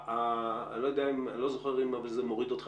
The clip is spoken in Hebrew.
אבל אני לא זוכר אם זה מוריד אותך